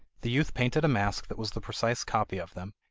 the youth painted a mask that was the precise copy of them,